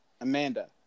Amanda